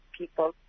people